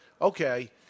Okay